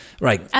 right